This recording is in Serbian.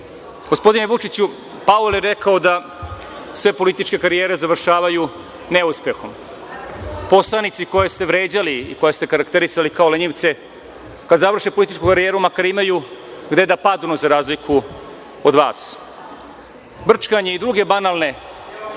karijere. Gospodine Vučiću, Paul je rekao da sve političke karijere završavaju neuspehom. Poslanici koje ste vređali i koje ste okarakterisali kao lenjivce, kada završe političku karijeru makar imaju gde da padnu, za razliku od vas. Brčkanje i druge banalne